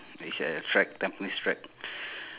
it's at a track tampines track